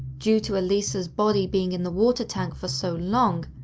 due to elisa's body being in the water tank for so long,